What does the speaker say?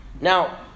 Now